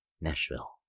Nashville